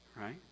right